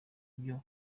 ibyo